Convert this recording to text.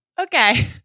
Okay